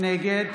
נגד